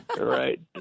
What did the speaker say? Right